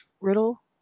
Riddle